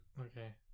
okay